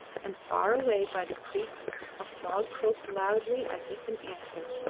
and far away by the creek a frog croaked loudly as if in answer.